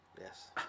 Yes